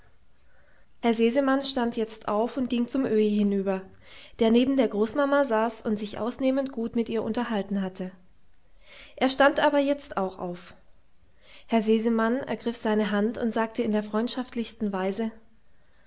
herr sesemann stand jetzt auf und ging zum öhi hinüber der neben der großmama saß und sich ausnehmend gut mit ihr unterhalten hatte er stand aber jetzt auch auf herr sesemann ergriff seine hand und sagte in der freundschaftlichsten weise